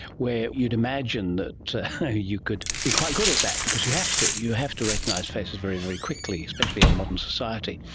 where you'd imagine that you could be quite good at that because you have to, you have to recognise faces very, very quickly, especially in modern society.